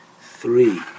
three